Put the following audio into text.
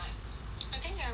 I think they're real